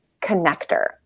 connector